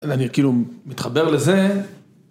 ‫ואני כאילו מתחבר לזה.